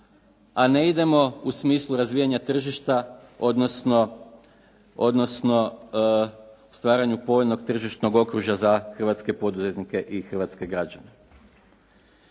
a ne idemo u smislu razvijanja tržišta odnosno stvaranju povoljnog tržišnog okružja za hrvatske poduzetnike i hrvatske građane.